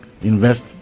Invest